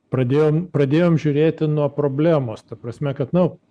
pradėjom pradėjom žiūrėti nuo problemos ta prasme kad nu